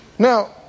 Now